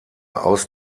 aus